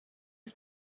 his